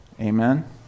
Amen